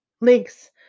links